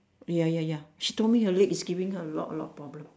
ya ya ya she told me her leg is giving her a lot a lot of problem